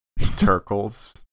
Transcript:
Turkles